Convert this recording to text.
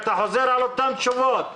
אתה חוזר על אותן תשובות.